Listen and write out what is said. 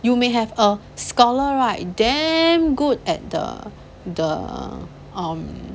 you may have a scholar right damn good at the the um